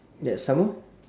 ya some more